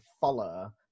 follow